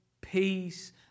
peace